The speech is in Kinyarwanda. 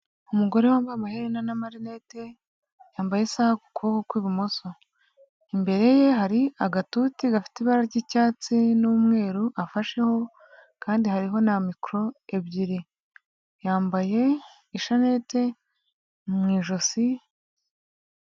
Umugore wambaye amaherena n'amarinete, yambaye isaha ku kuboko kw'ibumoso. Imbere ye hari agatuti gafite ibara ry'icyatsi n'umweru afasheho, kandi hariho na mikoro ebyiri. Yambaye ishanete mu ijosi.